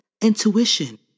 intuition